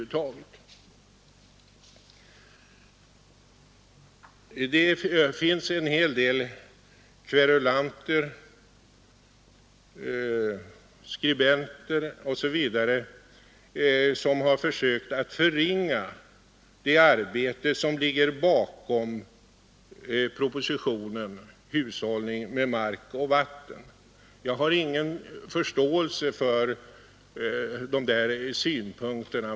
Det finns en hel del kverulanter — skribenter och andra — som har försökt förringa det arbete som ligger bakom propositionen Hushållning 141 med mark och vatten. Jag har ingen förståelse för sådana synpunkter.